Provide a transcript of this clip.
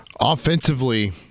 Offensively